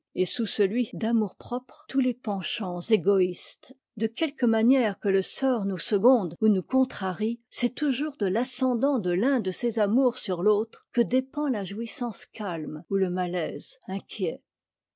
et sous celui d'amour-propre tous les penchants égoïstes de quelque manière que le sort nous seconde ou nous contrarie c'est toujours de l'ascendant de l'un de ces amours sur l'autre que dépend la jouissance calme ou le malaise inquiet